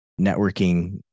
networking